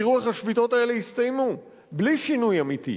ותראו איך השביתות האלה הסתיימו, בלי שינוי אמיתי,